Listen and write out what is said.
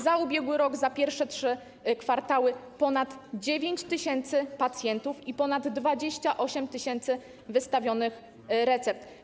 Za ubiegły rok, za pierwsze trzy kwartały - ponad 9 tys. pacjentów i ponad 28 tys. wystawionych recept.